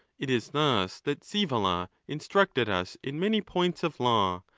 it is thus that scaevola instructed us in many points of law,